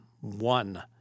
One